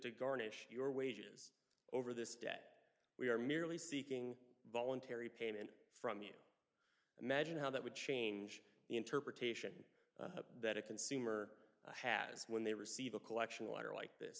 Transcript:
to garnish your wages over this debt we are merely seeking voluntary payment from you imagine how that would change the interpretation that a consumer has when they receive a collection water like th